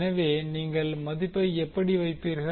எனவே நீங்கள் மதிப்பை எங்கே வைப்பீர்கள்